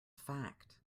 fact